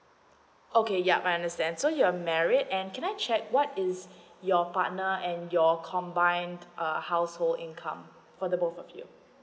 okay yup I understand so you're married and can I check what is your partner and your combined err household income for the both of you